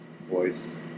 voice